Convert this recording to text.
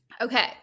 Okay